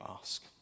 ask